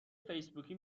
فیسبوکی